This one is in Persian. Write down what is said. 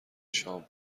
شام